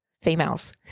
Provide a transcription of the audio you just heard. females